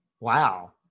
Wow